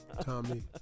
Tommy